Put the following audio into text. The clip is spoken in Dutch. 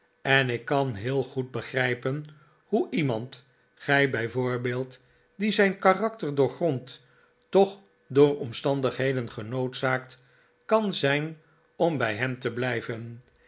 en ik kan heel goed begrijpen hoe iemand gij bij voorbeeld die zijn karakter doorgrondt toch door omstandigheden genoodzaakt kan zijn ora bij hem te blijven